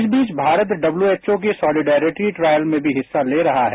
इस बीच भारत डब्ल्यूएचओ के सॉलिडेरिटी ट्रायल में भी हिस्सा ले रहा है